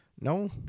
No